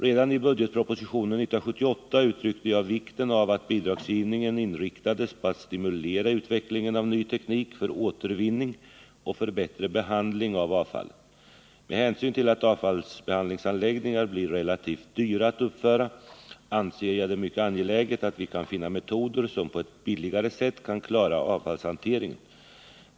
Redan i budgetpropositionen 1978 uttryckte jag vikten av att bidragsgivningen inriktades på att stimulera utvecklingen av ny teknik för återvinning och för bättre behandling av avfallet. Med hänsyn till att avfallsbehandlingsanläggningar blir relativt dyra att uppföra anser jag det mycket angeläget att vi kan finna metoder som på ett billigare sätt kan klara avfallshanteringen.